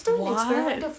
what